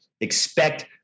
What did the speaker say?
expect